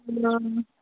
అ